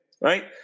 right